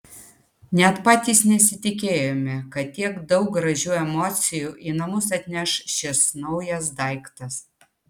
net patys nesitikėjome kad tiek daug gražių emocijų į namus atneš šis naujas daiktas